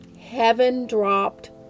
heaven-dropped